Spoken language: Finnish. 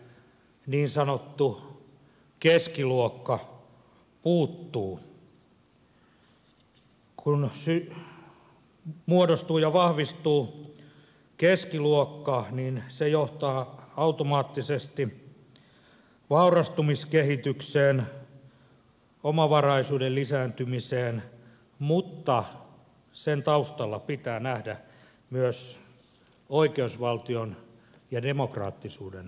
kun muodostuu ja vahvistuu keskiluokka niin se johtaa automaattisesti vaurastumiskehitykseen omavaraisuuden lisääntymiseen mutta sen taustalla pitää nähdä myös oikeusvaltion ja demokraattisuuden perusta